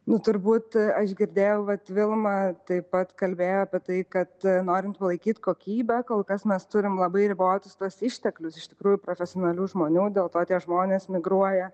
nu turbūt aš girdėjau vat vilma taip pat kalbėjo apie tai kad norint palaikyt kokybę kol kas mes turim labai ribotus tuos išteklius iš tikrųjų profesionalių žmonių dėl to tie žmonės migruoja